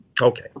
Okay